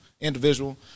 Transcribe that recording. individual